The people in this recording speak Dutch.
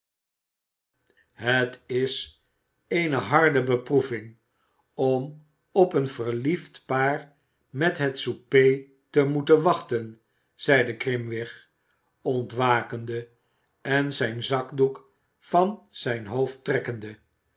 het is eene harde beproeving om op een verliefd paar met het souper te moeten wachten zeide orimwig ontwakende en zijn zakdoek van zijn hoofd trekkende